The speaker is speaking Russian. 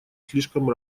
слишком